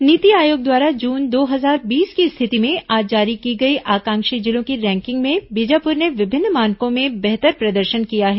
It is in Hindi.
नीति आयोग द्वारा जून दो हजार बीस की स्थिति में आज जारी की गई आकांक्षी जिलों की रैंकिंग में बीजापुर ने विभिन्न मानकों में बेहतर प्रदर्शन किया है